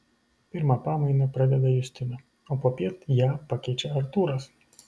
pirmą pamainą pradeda justina o popiet ją pakeičia artūras